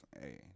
hey